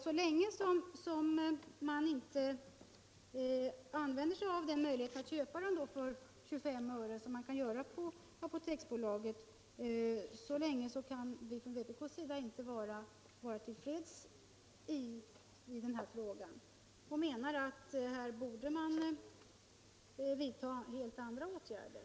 Så länge som man inte begagnar sig av möjligheten att köpa artiklarna för 25 öre, som man kan göra på Apoteksbolaget, så länge kan vi från vpk:s sida inte vara till freds i den här frågan. Vi menar att man här borde vidta helt andra åtgärder.